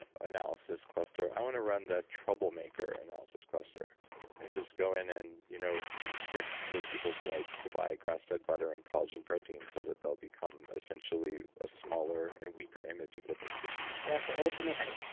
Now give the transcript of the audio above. ah analysis cluster, i want to run the troublemaker analysis cluster and just go in and you know restrict those people's rights to buy grass-fed butter and collagen protein so that they'll become essentially a smaller and weaker image of what they could be yeah so ultimately,